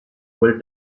quel